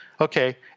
Okay